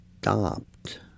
stopped